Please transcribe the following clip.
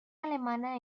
alemana